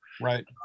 Right